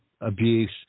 abuse